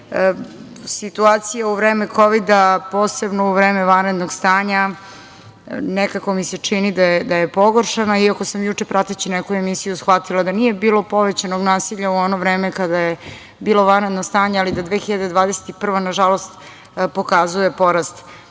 situacija u vreme kovida, posebno u vreme vanrednog stanja, nekako mi se čini da je pogoršana, iako sam juče prateći neku emisiju shvatila da nije bilo povećanog nasilja u ono vreme kada je bilo vanredno stanje, ali da 2021. godina, nažalost, pokazuje porast